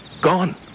Gone